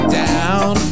down